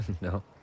No